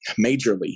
majorly